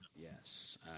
Yes